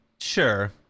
Sure